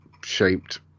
shaped